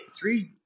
three